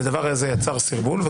והדבר הזה יצר סרבול,